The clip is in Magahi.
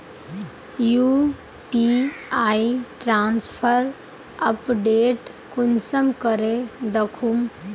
यु.पी.आई ट्रांसफर अपडेट कुंसम करे दखुम?